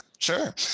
Sure